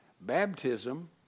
Baptism